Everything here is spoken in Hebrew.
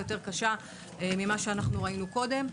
יותר קשה ממה שאנחנו ראינו מקודם.